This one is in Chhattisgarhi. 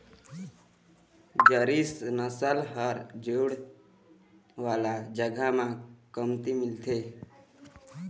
जरसी नसल ह जूड़ वाला जघा म कमती मिलथे